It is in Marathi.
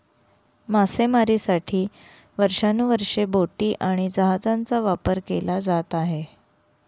मासेमारीसाठी वर्षानुवर्षे बोटी आणि जहाजांचा वापर केला जात आहे